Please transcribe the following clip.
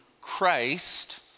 Christ